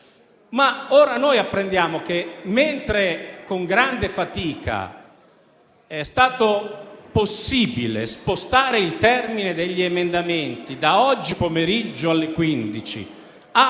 ora noi apprendiamo che, mentre con grande fatica è stato possibile spostare il termine degli emendamenti da oggi pomeriggio alle ore